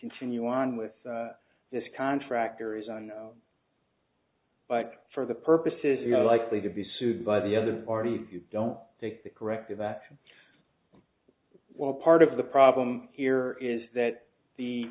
continue on with this contractor is on but for the purposes you're likely to be sued by the other party you don't take the corrective action well part of the problem here is that the